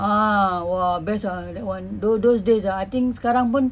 ah !wah! best ah that [one] those those days ah I think sekarang pun